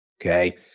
Okay